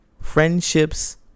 friendships